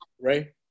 Ray